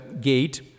gate